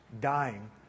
dying